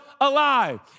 alive